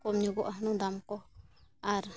ᱠᱚᱢ ᱧᱚᱜᱚᱜᱼᱟ ᱦᱩᱱᱟᱹᱝ ᱫᱟᱢ ᱠᱚ ᱟᱨ